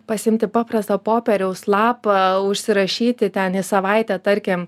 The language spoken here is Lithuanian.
pasiimti paprastą popieriaus lapą užsirašyti ten į savaitę tarkim